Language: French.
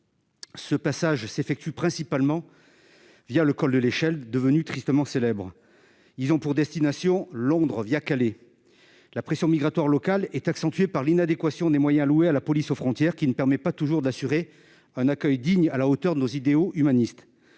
Ces passages, qui s'effectuent principalement par le col de l'Échelle, devenu tristement célèbre, ont pour destination finale Londres, Calais. La pression migratoire locale est accentuée par l'inadéquation des moyens alloués à la police aux frontières, ce qui ne permet pas toujours d'assurer un accueil digne, à la hauteur de nos idéaux humanistes.